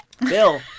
Bill